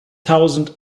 thousand